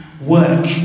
work